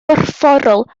gorfforol